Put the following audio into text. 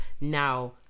now